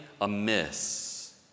amiss